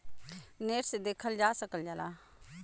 net से देखल जा सकल जाला